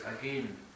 again